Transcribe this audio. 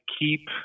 keep